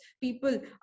people